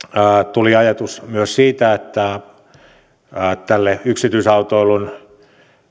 tuli ajatus myös siitä että yksityisautoilun